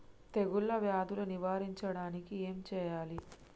తెగుళ్ళ వ్యాధులు నివారించడానికి ఏం చేయాలి?